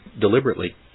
deliberately